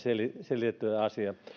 selitettyä tämä asia